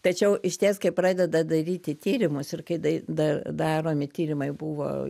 tačiau išties kai pradeda daryti tyrimus ir kai dai da daromi tyrimai buvo